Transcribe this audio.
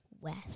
west